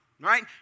right